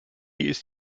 ist